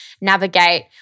navigate